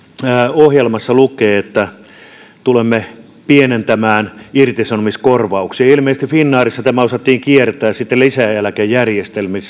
ohjelmassa lukee että tulemme pienentämään irtisanomiskorvauksia ilmeisesti finnairissa tämä osattiin kiertää lisäeläkejärjestelmillä